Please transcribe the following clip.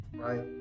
right